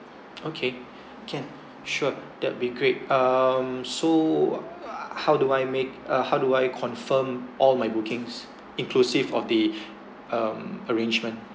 okay can sure that'll be great um so how do I make uh how do I confirm all my bookings inclusive of the um arrangement